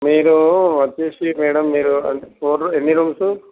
మీరు వచ్చేసి మ్యాడమ్ మీరు ఫోర్ ఎన్ని రూమ్సు